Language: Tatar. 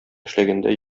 эшләгәндә